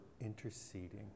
interceding